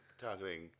targeting